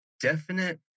definite